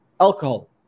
alcohol